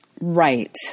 Right